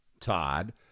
Todd